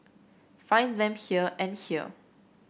find them here and here